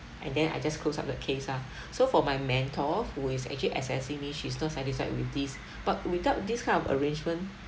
and then I just close up the case ah so for my mentor who is actually assessing me she's not satisfied with this but without this kind of arrangement